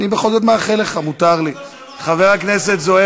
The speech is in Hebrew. תודה רבה לך, חבר הכנסת דב